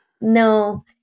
no